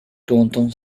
contam